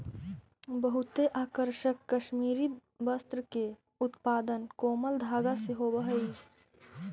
बहुते आकर्षक कश्मीरी वस्त्र के उत्पादन कोमल धागा से होवऽ हइ